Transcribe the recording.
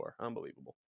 Unbelievable